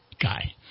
guy